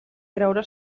creure